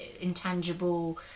intangible